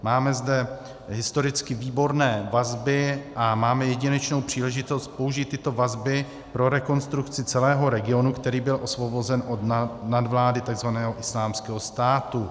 Máme zde historicky výborné vazby a máme jedinečnou příležitost použít tyto vazby pro rekonstrukci celého regionu, který byl osvobozen od nadvlády takzvaného Islámského státu.